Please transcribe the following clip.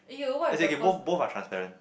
as in okay both both are transparent